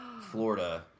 Florida